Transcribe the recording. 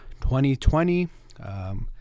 2020